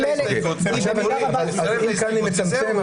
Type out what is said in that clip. עכשיו כאן אני מצמצם,